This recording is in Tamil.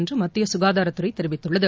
என்று மத்திய சுகாதாரத்துறை தெரிவித்துள்ளது